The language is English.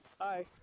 Hi